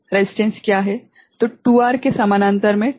तो 2R के समानांतर में 2R